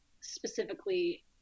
specifically